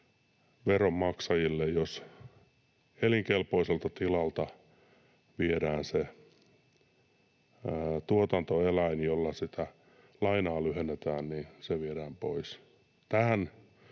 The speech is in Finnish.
veronmaksajille, jos elinkelpoiselta tilalta viedään pois se tuotantoeläin, jolla lainaa lyhennetään. Toivon, että